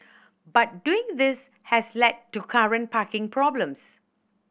but doing this has led to current parking problems